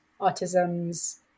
autism's